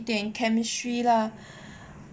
一点 chemistry lah